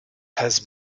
has